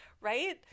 right